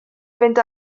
fynd